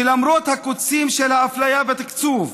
שלמרות הקוצים של האפליה בתקצוב,